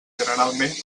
generalment